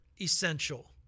essential